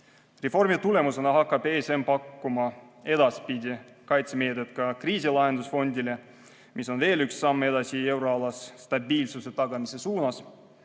Reformi tulemusena hakkab ESM pakkuma edaspidi kaitsemeedet ka kriisilahendusfondile, mis on veel üks samm euroalas stabiilsuse tagamise poole.